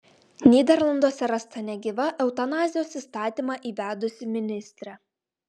nyderlanduose rasta negyva eutanazijos įstatymą įvedusi ministrė